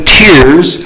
tears